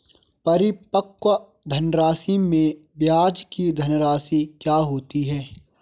परिपक्व धनराशि में ब्याज की धनराशि क्या होती है?